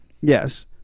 Yes